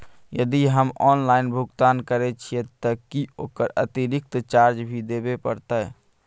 यदि हम ऑनलाइन भुगतान करे छिये त की ओकर अतिरिक्त चार्ज भी देबे परतै?